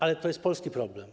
Ale to jest polski problem.